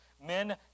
Men